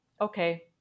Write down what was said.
okay